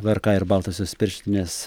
vrk ir baltosios pirštinės